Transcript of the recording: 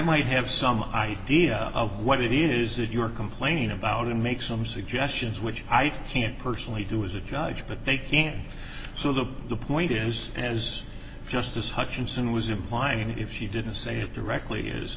might have some idea of what it is that your complain about and make some suggestions which i can't personally do as a judge but they can't so the point is as justice hutchinson was implying if she didn't say it directly is